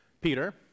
Peter